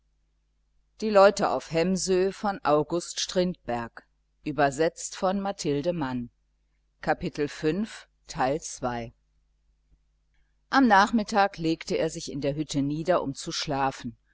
und hörte am nachmittag legte er sich in der hütte nieder um zu schlafen